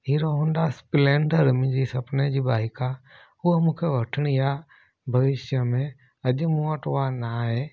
hero Honda Splendor मुंहिंजी सपने जी बाइक आहे उहा मूंखे वठिणी आहे भविष्य में अॼु मूं वटि उहा न आहे